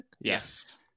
Yes